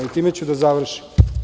I time ću da završim.